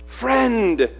Friend